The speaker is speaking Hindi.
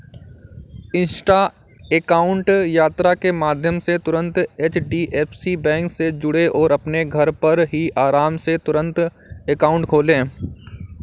इंस्टा अकाउंट यात्रा के माध्यम से तुरंत एच.डी.एफ.सी बैंक से जुड़ें और अपने घर पर ही आराम से तुरंत अकाउंट खोले